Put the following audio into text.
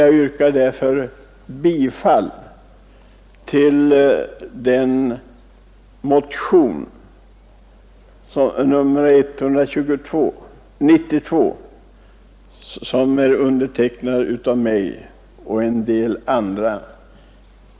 Jag yrkar därför bifall till motionen 192, som är undertecknad av mig själv m.fl.